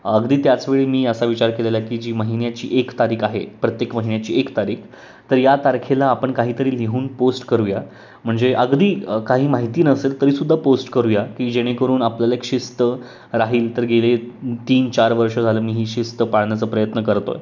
अगदी त्याच वेळी मी असा विचार केलेला की जी महिन्याची एक तारीख आहे प्रत्येक महिन्याची एक तारीख तर या तारखेला आपण काहीतरी लिहून पोस्ट करूया म्हणजे अगदी काही माहिती नसेल तरीसुद्धा पोस्ट करूया की जेणेकरून आपल्याला एक शिस्त राहील तर गेले तीन चार वर्ष झालं मी ही शिस्त पाळण्याचा प्रयत्न करतो आहे